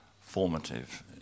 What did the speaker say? formative